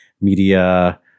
media